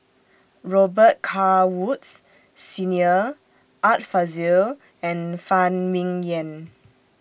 Robet Carr Woods Senior Art Fazil and Phan Ming Yen